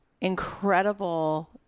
incredible